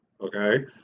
Okay